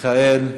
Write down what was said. מיכאל מלכיאלי.